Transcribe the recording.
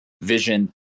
vision